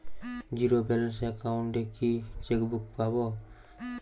Zero balance account এ কি chequebook পাব?